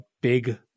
big